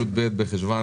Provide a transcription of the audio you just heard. י"ב בחשון,